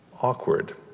awkward